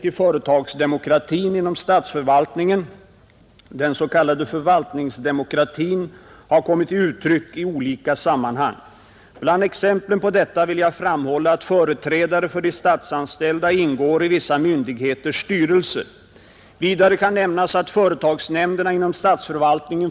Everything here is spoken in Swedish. ” Det förefaller som om herr Löfberg haft samma visa råd i tankarna när han skrev sitt interpellationssvar. Tonfallet är nämligen på sina ställen icke bara högt, det är rent av gällt. Som t.ex. slutklämmen. Herr Löfberg anser sig ”med fog kunna påstå att ingen omlokalisering inom vare sig offentlig eller privat verksamhet tidigare skett i så öppna och företagsdemokratiska former som den nu aktuella utflyttningen”.